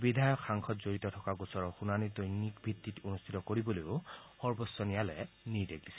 বিধায়ক সাংসদ জড়িত থকা গোচৰৰ শুনানী দৈনিক ভিত্তিত অনুষ্ঠিত কৰিবলৈও সৰ্বোচ্চ ন্যায়ালয়ে নিৰ্দেশ দিছিল